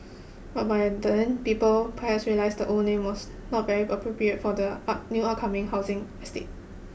but by then people perhaps realised the old name was not very appropriate for the up new upcoming housing estate